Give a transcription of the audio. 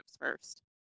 first